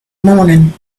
morning